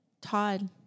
Todd